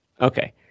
Okay